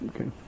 Okay